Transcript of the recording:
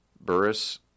Burris